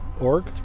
org